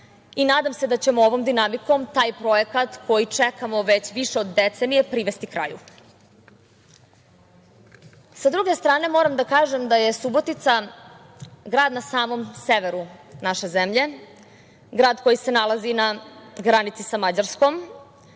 i nadam se da ćemo ovom dinamikom taj projekat, koji čekamo već više od deceniju, privesti kraju. Sa druge strane, moram da kažem da je Subotica grad na samom severu naše zemlje, grad koji se nalazi na granici sa Mađarskom